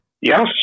Yes